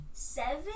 Seven